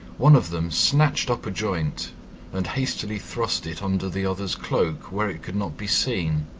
one of them snatched up a joint and hastily thrust it under the other's cloak, where it could not be seen.